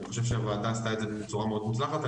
אני חושב שהוועדה עשתה את זה בצורה מאוד מוצלחת.